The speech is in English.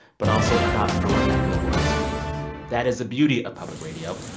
but also about your neck of the woods that is the beauty of public radio.